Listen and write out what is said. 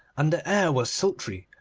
and the air was sultry,